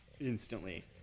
instantly